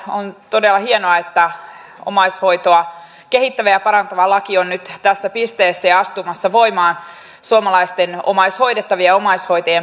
on todella hienoa että omaishoitoa kehittävä ja parantava laki on nyt tässä pisteessä ja astumassa voimaan suomalaisten omaishoidettavien ja omaishoitajien parhaaksi